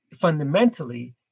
fundamentally